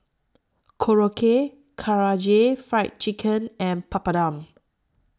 Korokke Karaage Fried Chicken and Papadum